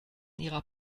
ihrer